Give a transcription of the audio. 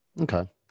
Okay